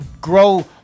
grow